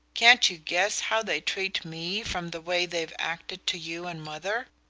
can't you guess how they treat me from the way they've acted to you and mother?